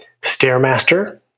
Stairmaster